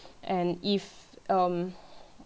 and if um